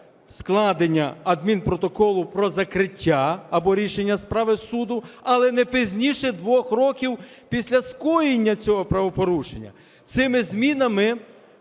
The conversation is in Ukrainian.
складення адмінпротоколу про закриття або рішення справи суду, але не пізніше 2 років після скоєння цього правопорушення. Цими змінами,